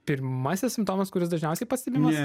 pirmasis simptomas kuris dažniausiai pastebimas